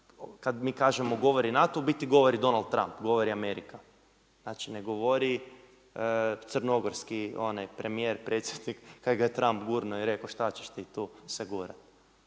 kada mi kažemo govori NATO, u biti govori Donald Trump, govori Amerika, znači ne govori crnogorski onaj premijer, predsjednik kada ga je Trump gurnuo i rekao šta ćeš ti tu se gurati.